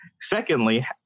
Secondly